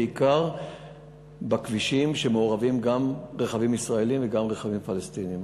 בעיקר בכבישים שמעורבים בהם גם רכבים ישראליים וגם רכבים פלסטיניים.